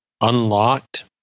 unlocked